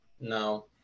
No